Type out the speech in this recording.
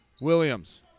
Williams